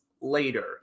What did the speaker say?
later